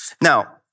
Now